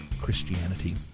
Christianity